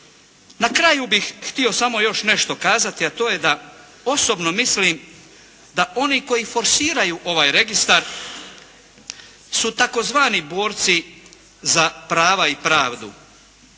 Na kraju bih htio još samo nešto kazati, a to je da osobno mislim da oni koji forsiraju ovaj registar su tzv. borci za prava i pravdu,